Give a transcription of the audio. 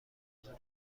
حضور